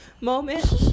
moment